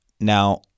Now